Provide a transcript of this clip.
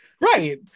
Right